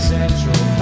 Central